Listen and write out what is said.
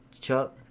Chuck